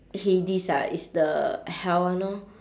hades ah is the hell one orh